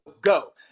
go